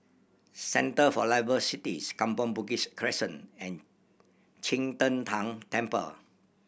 Centre for Liveable Cities Kampong Bugis Crescent and Qing De Tang Temple